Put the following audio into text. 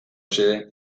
xede